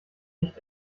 nicht